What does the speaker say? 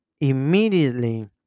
Immediately